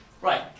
Right